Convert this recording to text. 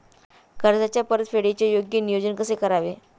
कर्जाच्या परतफेडीचे योग्य नियोजन कसे करावे?